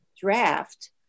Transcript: draft